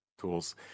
tools